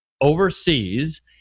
overseas